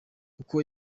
uko